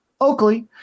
Oakley